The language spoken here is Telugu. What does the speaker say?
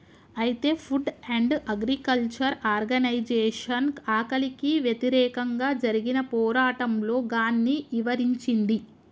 అయితే ఫుడ్ అండ్ అగ్రికల్చర్ ఆర్గనైజేషన్ ఆకలికి వ్యతిరేకంగా జరిగిన పోరాటంలో గాన్ని ఇవరించింది